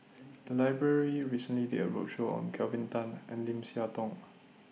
The Library recently did A roadshow on Kelvin Tan and Lim Siah Tong